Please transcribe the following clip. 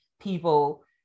people